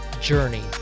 Journey